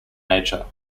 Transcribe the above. nature